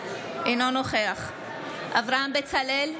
אינו נוכח אברהם בצלאל,